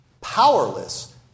powerless